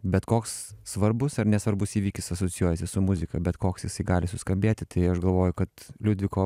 ir bet koks svarbus ar nesvarbus įvykis asocijuojasi su muzika bet koks jisai gali suskambėti tai aš galvoju kad liudviko